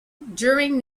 during